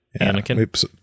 Anakin